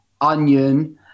onion